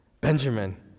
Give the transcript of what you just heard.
Benjamin